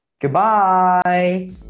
goodbye